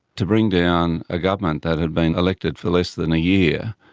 to bring down a government that had been elected for less than a year,